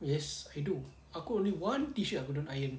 yes I do only aku only one t-shirt aku don't iron